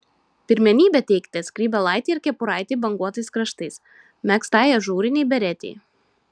pirmenybę teikite skrybėlaitei ar kepuraitei banguotais kraštais megztai ažūrinei beretei